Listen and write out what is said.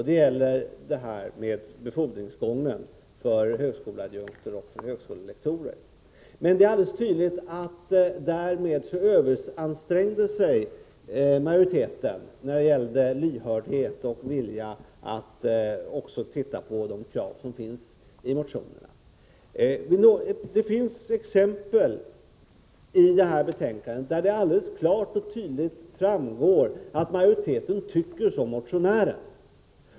Det gäller befordringsgången för högskoleadjunkter och högskolelektorer. Det är alldeles tydligt att majoriteten därmed överansträngde sig när det gällde lyhördhet och vilja att se på de krav som förs fram i motionerna. Det finns exempel i detta betänkande där det klart och tydligt framgår att majoriteten tycker som motionären.